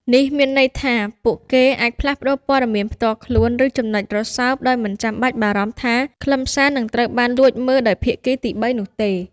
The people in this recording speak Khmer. នេះមានន័យថា ពួកគេអាចផ្លាស់ប្តូរព័ត៌មានផ្ទាល់ខ្លួន ឬចំណុចរសើបដោយមិនចាំបាច់បារម្ភថាខ្លឹមសារសារនឹងត្រូវបានលួចមើលដោយភាគីទីបីនោះទេ។